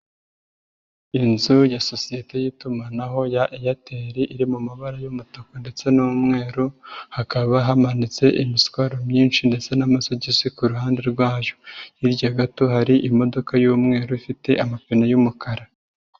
Inzu ya sosiyete y'itumanaho ya Airtel iri mu mabara y'umutuku ndetse n'umweru hakaba hamanitse imisaru myinshi ndetse n'amasogisi ku ruhande rwayo, hirya gato hari imodoka y'umweru ifite amapine y'umukara.